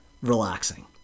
relaxing